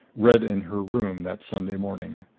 read in her room that sunday morning.